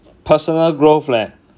personal growth leh